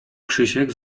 krzysiek